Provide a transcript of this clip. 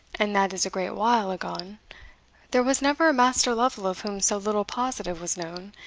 and that is a great while agone, there was never a master lovel of whom so little positive was known,